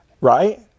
right